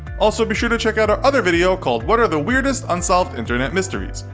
also, be sure to check out our other video called what are the weirdest unsolved internet mysteries!